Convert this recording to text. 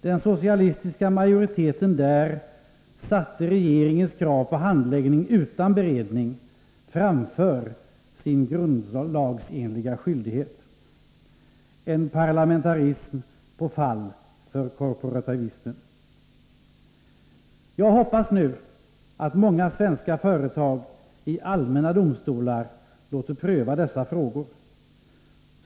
Den socialistiska majoriteten satte regeringens krav på handläggning utan beredning framför sin grundlagsenliga skyldighet. En parlamentarism på fall för korporativismen. Jag hoppas nu att många svenska företag i allmänna domstolar låter pröva dessa frågor.